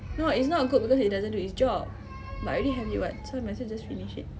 no it's not good because it doesn't do it's job but I already have it [what] so I might as well finish it